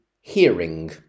hearing